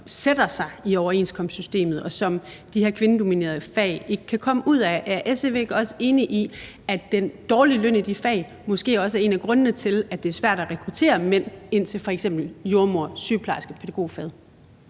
sætter sig i overenskomstsystemet, og som de her kvindedominerede fag ikke kan komme ud af. Er SF ikke også enig i, at den dårlige løn i de fag måske også er en af grundene til, at det er svært at rekruttere mænd til f.eks. jordemoder-, sygeplejerske- og pædagogfaget?